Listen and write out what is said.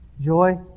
Joy